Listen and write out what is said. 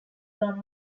from